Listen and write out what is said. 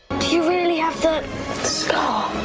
do you really have the scar?